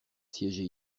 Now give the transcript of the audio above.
siéger